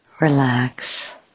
relax